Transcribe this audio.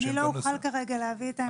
אני לא אוכל כרגע להביא את העמדה של השר.